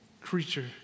creature